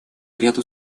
ряду